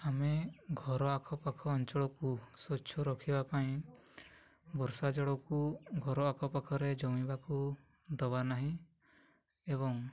ଆମେ ଘର ଆଖପାଖ ଅଞ୍ଚଳକୁ ସ୍ୱଚ୍ଛ ରଖିବା ପାଇଁ ବର୍ଷା ଜଳକୁ ଘର ଆଖପାଖରେ ଜମିବାକୁ ଦେବା ନାହିଁ ଏବଂ